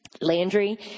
Landry